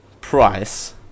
Price